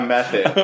Method